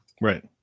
Right